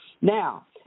Now